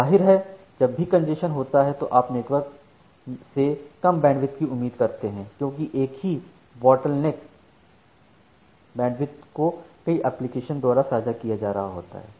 जाहिर है जब भी कंजेशन होता है तो आप नेटवर्क से कम बैंडविड्थ की उम्मीद करते हैंक्योंकि एक ही बॉटलनेकसमय देखें 0858 बैंडविड्थ को कई एप्लीकेशनद्वारा साझा किया जा रहा होता है